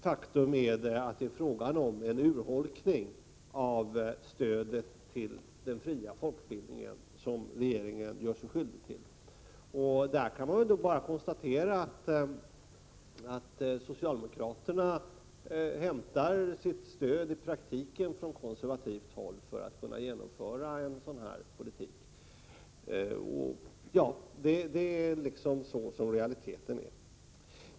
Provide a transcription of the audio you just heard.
Faktum är att det är en urholkning av stödet till den fria folkbildningen som regeringen gör sig skyldig till. Det är bara att konstatera att socialdemokraterna i praktiken hämtar sitt stöd från konservativt håll för att kunna genomföra en sådan här politik — det är realitet!